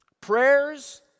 prayers